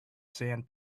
sand